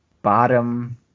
Bottom